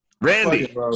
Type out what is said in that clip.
Randy